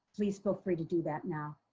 please feel free to do that now.